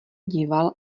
díval